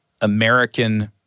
American